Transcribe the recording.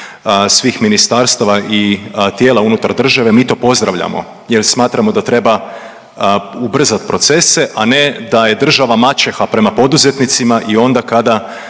svih ministarstava i tijela unutar države. Mi to pozdravljamo jer smatramo da treba ubrzati procese, a ne da je država maćeha prema poduzetnicima i onda kada